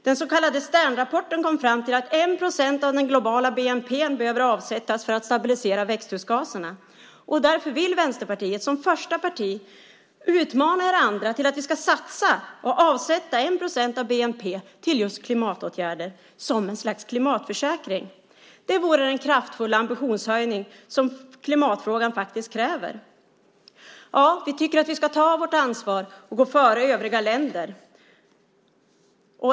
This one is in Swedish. Den så kallade Sternrapporten kom fram till att 1 procent av den globala bnp:n behöver avsättas för att stabilisera växthusgaserna. Därför vill Vänsterpartiet som första parti utmana er andra. Vi vill att vi ska satsa och avsätta 1 procent av bnp till just klimatåtgärder som ett slags klimatförsäkring. Det vore den kraftfulla ambitionshöjning som klimatfrågan faktiskt kräver. Vi tycker att vi ska ta vårt ansvar och gå före övriga länder.